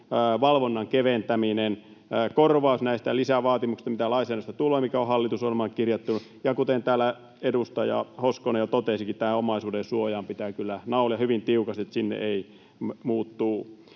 valvonnan keventäminen, korvaus niistä lisävaatimuksista, mitä lainsäädännöstä tulee, mikä on hallitusohjelmaan kirjattu. Ja kuten täällä edustaja Hoskonen jo totesikin, omaisuudensuoja pitää kyllä olla. Minä olen hyvin tiukka, että sinne eivät muut tule.